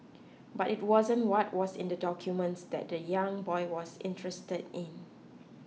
but it wasn't what was in the documents that the young boy was interested in